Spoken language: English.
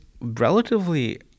relatively